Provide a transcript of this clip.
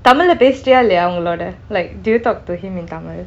tamil லே பேசுறியா அவங்களோடு:lei pesuriya avankalodu like do you talk to him in tamil